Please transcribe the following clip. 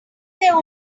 there